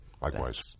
Likewise